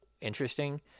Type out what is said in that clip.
interesting